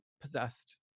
possessed